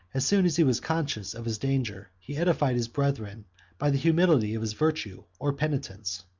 as soon as he was conscious of his danger, he edified his brethren by the humility of his virtue or penitence.